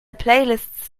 playlists